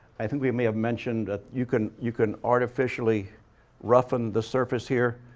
i think we may have mentioned that you can you can artificially roughen the surface here